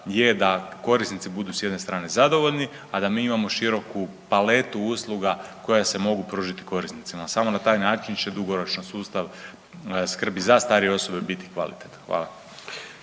je da korisnici budu s jedne strane zadovoljni, a da mi imamo široku paletu usluga koje se mogu pružiti korisnicima. Samo na taj način će dugoročno sustav skrbi za starije osobe biti kvalitetan. Hvala.